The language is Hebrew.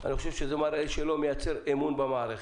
אני חושב שזה מראה שלא מייצר אמון במערכת.